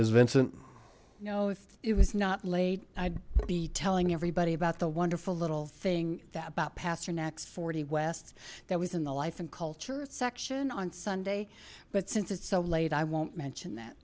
miss vincent no it was not late i'd be telling everybody about the wonderful little thing about pasternak's forty west that was in the life and culture section on sunday but since it's so late i won't mention that